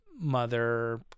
mother